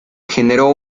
generó